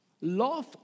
Love